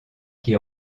qui